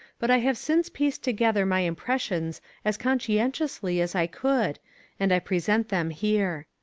but i have since pieced together my impressions as conscientiously as i could and i present them here.